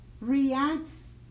reacts